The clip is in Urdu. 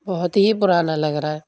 بہت ہی پرانا لگ رہا ہے